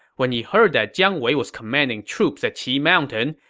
when he heard that jiang wei was commanding troops at qi mountain,